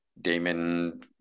Damon